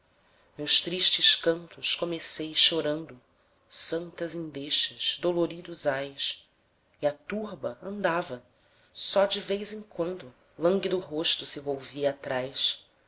meus tristes cantos comecei chorando santas endechas doloridos ais e a turba andava só de vez em quando lânguido rosto se volvia atrás